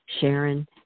Sharon